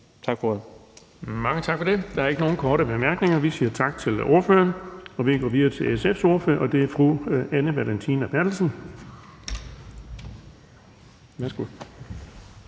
Bonnesen): Mange tak for det. Der er ikke nogen korte bemærkninger. Tak til ordføreren. Vi går videre til SF's ordfører, og det er fru Anne Valentina Berthelsen. Kl.